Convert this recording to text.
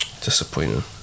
disappointing